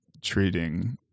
treating